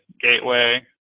Gateway